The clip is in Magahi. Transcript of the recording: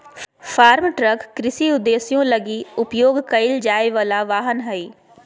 फार्म ट्रक कृषि उद्देश्यों लगी उपयोग कईल जाय वला वाहन हइ